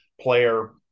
player